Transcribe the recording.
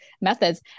methods